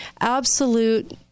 absolute